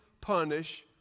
punish